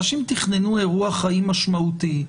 אנשים תכננו אירוע חיים משמעותי.